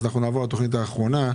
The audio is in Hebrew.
נעבור לתכנית האחרונה,